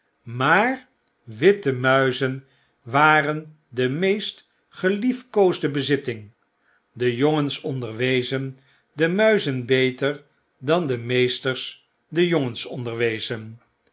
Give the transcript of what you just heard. maar witte muizen waren de meest geliefkoosde bezitting de jongens onderwezen de muizen beter dan de meesters de jongens